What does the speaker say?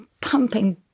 pumping